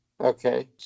Okay